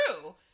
true